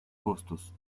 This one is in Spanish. costos